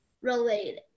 related